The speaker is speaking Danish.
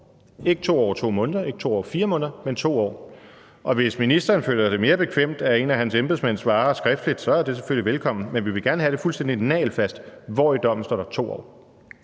ikke 2 år og 2 måneder og ikke 2 år og 4 måneder, men 2 år. Og hvis ministeren føler, at det er mere bekvemt, at en af hans embedsmænd svarer skriftligt, er det selvfølgelig velkomment, men vi vil gerne have det fuldstændig nagelfast, hvor i dommen der står 2 år.